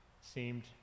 seemed